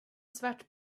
svart